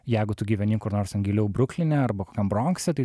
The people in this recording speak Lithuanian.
jeigu tu gyveni kur nors ten giliau brukline arba kokiam bronkse tai